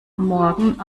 morgen